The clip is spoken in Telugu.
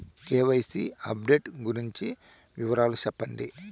కె.వై.సి అప్డేట్ గురించి వివరాలు సెప్పండి?